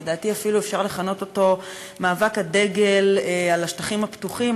לדעתי אפילו אפשר לכנות אותו מאבק הדגל על השטחים הפתוחים,